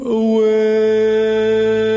away